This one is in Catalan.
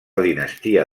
dinastia